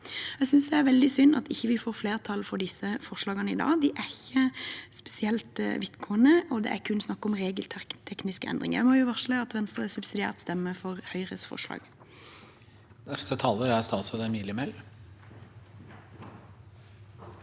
Jeg syns det er veldig synd at vi ikke får flertall for disse forslagene i dag. De er ikke spesielt vidtgående, og det er kun snakk om regeltekniske endringer. Jeg må også varsle at Venstre subsidiært stemmer for Høyres forslag. Statsråd Emilie Mehl